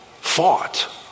fought